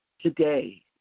today